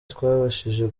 twabashije